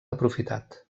aprofitat